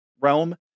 realm